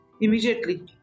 immediately